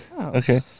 Okay